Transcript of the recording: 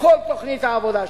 כל תוכנית העבודה שלה.